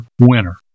winner